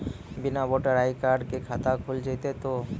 बिना voter ID card के खाता खुल जैते तो?